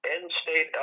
end-state